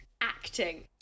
acting